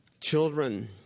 Children